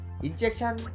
Injection